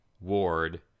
Ward